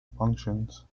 functions